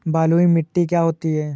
बलुइ मिट्टी क्या होती हैं?